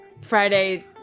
Friday